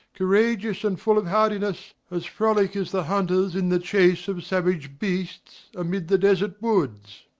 courageous and full of hardiness, as frolic as the hunters in the chase of savage beasts amid the desert woods.